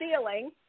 ceiling